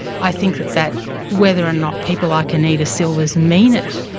i think that that whether or not people like anita silvers mean it,